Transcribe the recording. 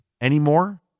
anymore